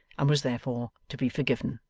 and was therefore to be forgiven.